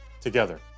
together